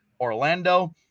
Orlando